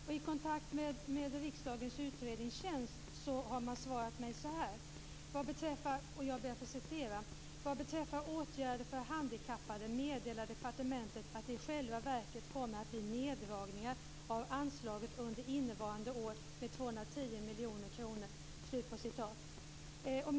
Vid min kontakt med Riksdagens utredningstjänst svarade man mig så här: "Vad beträffar åtgärder för handikappade meddelar departementet att det i själva verket kommer att bli neddragningar av anslaget under innevarande år med 210 miljoner kronor."